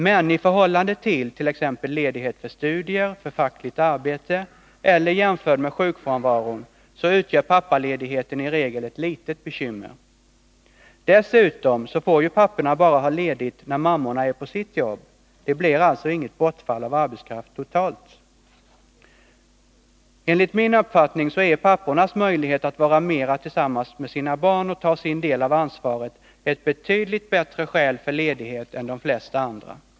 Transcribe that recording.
Men i förhållande till t.ex. ledighet för studier och för fackligt arbete eller jämförd med sjukfrånvaron utgör pappaledigheten i regel ett litet bekymmer. Dessutom får papporna bara ha ledigt när mammorna är på sitt jobb. Det blir alltså inget bortfall av arbetskraft totalt. Enligt min uppfattning är pappornas möjlighet att vara mera tillsammans med sina barn och ta sin del av ansvaret ett betydligt bättre skäl för ledighet än de flesta andra.